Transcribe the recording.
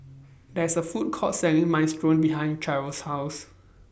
There's A Food Court Selling Minestrone behind Cheryll's House